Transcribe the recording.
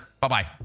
Bye-bye